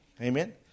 Amen